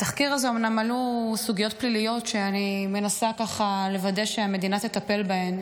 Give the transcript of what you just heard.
בתחקיר הזה אומנם עלו סוגיות פליליות שאני מנסה לוודא שהמדינה תטפל בהן,